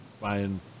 Buying